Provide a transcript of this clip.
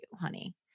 honey